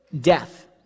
Death